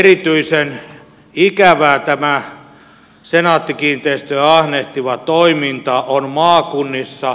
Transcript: erityisen ikävää tämä senaatti kiinteistöjen ahnehtiva toiminta on maakunnissa